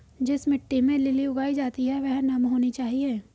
जिस मिट्टी में लिली उगाई जाती है वह नम होनी चाहिए